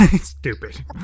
stupid